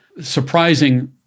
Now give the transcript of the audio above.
surprising